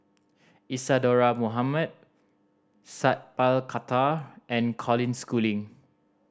Isadhora Mohamed Sat Pal Khattar and Colin Schooling